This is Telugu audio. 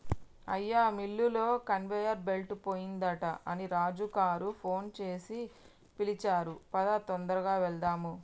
అయ్యా మిల్లులో కన్వేయర్ బెల్ట్ పోయిందట అని రాజు గారు ఫోన్ సేసి పిలిచారు పదా తొందరగా వెళ్దాము